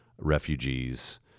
refugees